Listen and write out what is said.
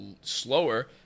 slower